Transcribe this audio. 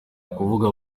ukuvuga